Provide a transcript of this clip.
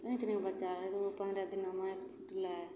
तनि तनि गो बच्चा पनरह दिनामे आँखि फुटलै